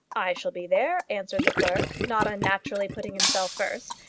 i shall be there, answered the clerk, not unnaturally putting himself first,